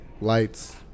Lights